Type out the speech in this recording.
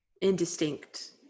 indistinct